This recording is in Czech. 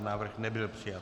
Návrh nebyl přijat.